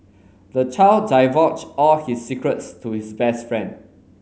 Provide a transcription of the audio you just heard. the child divulged all his secrets to his best friend